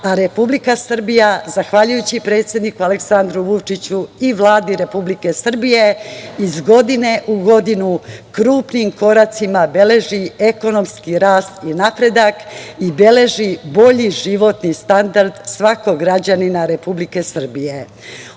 a Republika Srbija, zahvaljujući predsedniku Aleksandru Vučiću i Vladi Republike Srbije iz godine u godinu krupnim koracima beleži ekonomski rast i napredak i beleži bolji životni standard svakog građanina Republike Srbije. Ono